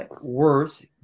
worth